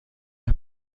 las